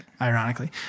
ironically